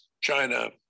China